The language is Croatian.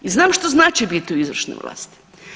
I znam što znači biti u izvršnoj vlasti.